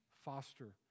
foster